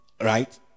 right